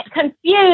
confused